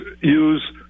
use